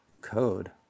code